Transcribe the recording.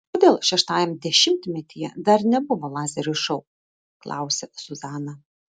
kodėl šeštajame dešimtmetyje dar nebuvo lazerių šou klausia zuzana